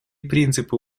принципы